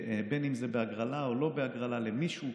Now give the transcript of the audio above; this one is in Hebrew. אם זה בהגרלה ואם לא בהגרלה למישהו,